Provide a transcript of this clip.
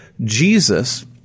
Jesus